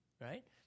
Right